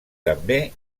també